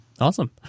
Awesome